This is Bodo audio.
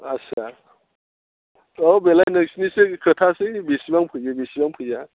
आच्चा औ बेलाय नोंसोरनिसो खोथासै बेसेबां फैयो बेसेबां फैया